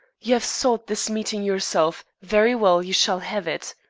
you have sought this meeting yourself. very well. you shall have it.